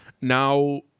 now